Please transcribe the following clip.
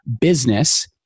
business